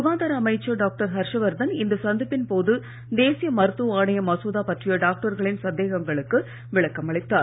சுகாதார அமைச்சர் டாக்டர் ஹர்ஷவர்தன் இந்த சந்திப்பின் போது தேசிய மருத்துவ ஆணைய மசோதா பற்றிய டாக்டர்களின் சந்தேகங்களுக்கு விளக்கம் அளித்தார்